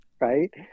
right